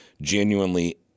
genuinely